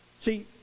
See